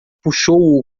puxou